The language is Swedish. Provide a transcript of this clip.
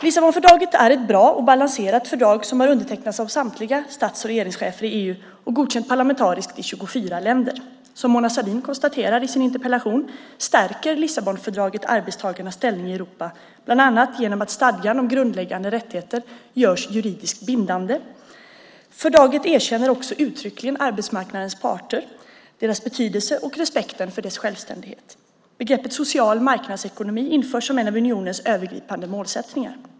Lissabonfördraget är ett bra och balanserat fördrag som har undertecknats av samtliga stats och regeringschefer i EU och godkänts parlamentariskt i 24 länder. Som Mona Sahlin konstaterar i sin interpellation, stärker Lissabonfördraget arbetstagarnas ställning i Europa, bland annat genom att stadgan om grundläggande rättigheter görs juridiskt bindande. Fördraget erkänner också uttryckligen arbetsmarknadens parters betydelse och respekten för deras självständighet. Begreppet social marknadsekonomi införs som en av unionens övergripande målsättningar.